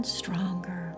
stronger